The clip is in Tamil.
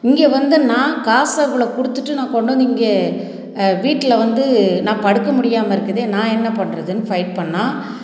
இங்கே வந்து நான் காசை இவ்வளோ கொடுத்துட்டு நான் கொண்டு வந்து இங்கே வீட்டில் வந்து நான் படுக்க முடியாமல் இருக்குது நான் என்ன பண்ணுறதுன் ஃபைட் பண்ணிணா